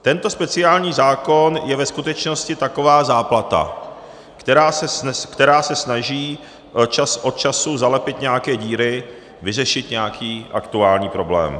Tento speciální zákon je ve skutečnosti taková záplata, která se snaží čas od času zalepit nějaké díry, vyřešit nějaký aktuální problém.